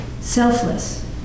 Selfless